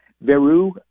Veru